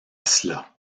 cela